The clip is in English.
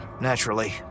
naturally